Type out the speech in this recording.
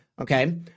Okay